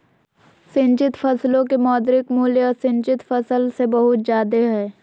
सिंचित फसलो के मौद्रिक मूल्य असिंचित फसल से बहुत जादे हय